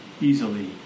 easily